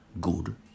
good